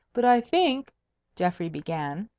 but i think geoffrey began.